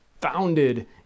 founded